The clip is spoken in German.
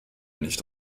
nicht